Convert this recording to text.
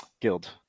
Guild